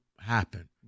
happen